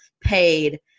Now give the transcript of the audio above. paid